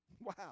Wow